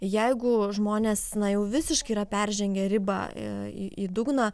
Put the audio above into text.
jeigu žmonės na jau visiškai yra peržengę ribą į į dugną